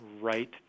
right